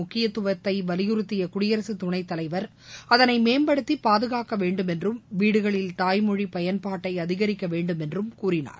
முக்கியத்துவத்தைவலியுறுத்தியகுடியரசுதுணைத்தலைவர் அதனைமேம்படுத்தி தாய் மொழியின் பாதுகாக்கவேண்டும் என்றும் வீடுகளில் தாய்மொழிபயன்பாட்டை அதிகரிக்கவேண்டும் என்றும் கூறினார்